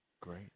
Great